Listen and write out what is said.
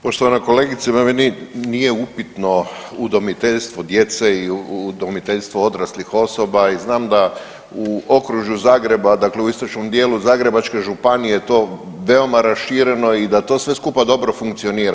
Poštovana kolegice, ma meni nije upitno udomiteljstvo djece i udomiteljstvo odraslih osoba i znam da u okružju Zagreba, dakle u istočnom dijelu Zagrebačke županije je to veoma rašireno i da to sve skupan dobro funkcionira.